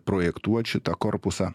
projektuot šitą korpusą